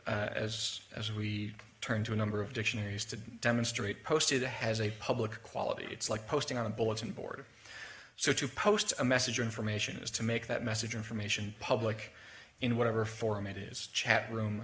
it as as we turn to a number of dictionaries to demonstrate posted a has a public quality it's like posting on a bulletin board so if you post a message your information is to make that message information public in whatever form it is a chat room